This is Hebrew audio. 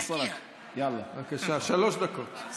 רציתי לדבר איתך בערבית.